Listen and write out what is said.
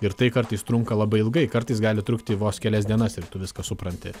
ir tai kartais trunka labai ilgai kartais gali trukti vos kelias dienas ir tu viską supranti